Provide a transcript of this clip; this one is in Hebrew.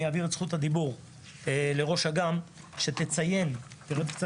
אני אעביר את זכות הדיבור לראש אג"מ שתרד קצת